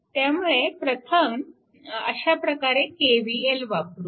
त्यामुळे प्रथम अशा प्रकारे KVL वापरू